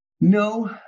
No